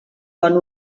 bon